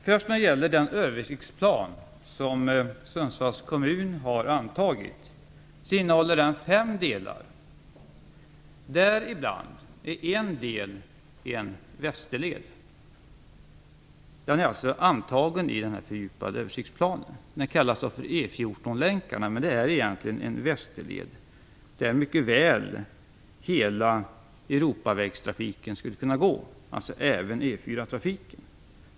Fru talman! Den översiktsplan som Sundsvalls kommun har antagit innehåller fem delar, däribland en västerled, som alltså är antagen i den fördjupade översiktsplanen. Den kallas för E 14-länkarna, men det är egentligen en västerled, där hela Europavägstrafiken mycket väl skulle kunna gå, även E 4 trafiken.